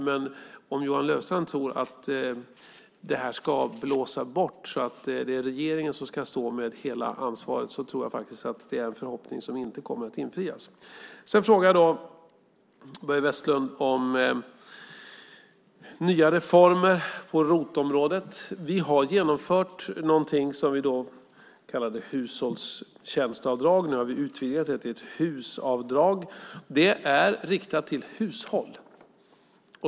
Men om Johan Löfstrand tror att detta ska blåsa bort så att det är regeringen som ska stå med hela ansvaret tror jag faktiskt att det är en förhoppning som inte kommer att infrias. Börje Vestlund frågade om nya reformer på ROT-området. Vi har genomfört någonting som vi kallade hushållstjänstavdrag. Nu har vi utvidgat det till ett HUS-avdrag. Det är riktat till hushåll.